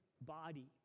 body